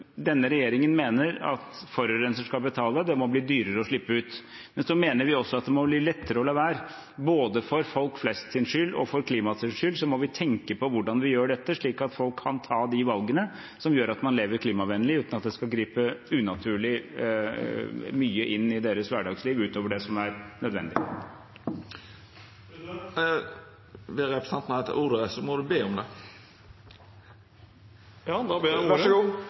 Denne regjeringen mener at forurenser skal betale, det må bli dyrere å slippe ut, men så mener vi også at det må bli lettere å la være. Både for folk flest sin skyld og for klimaet sin skyld må vi tenke på hvordan vi gjør dette slik at folk kan ta de valgene som gjør at man lever klimavennlig, uten at det skal gripe unaturlig mye inn i deres hverdagsliv, utover det som er nødvendig. President … Vil representanten ha ordet, må han be om det. Ja, da ber jeg om ordet. Nicolai Astrup – til oppfølgingsspørsmål. Vær så god.